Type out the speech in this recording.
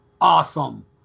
awesome